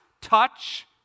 touch